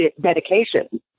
dedication